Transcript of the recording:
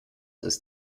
ist